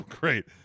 Great